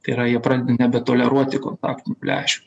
tai yra jie pradeda nebetoleruoti kontaktinių lęšių